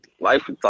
life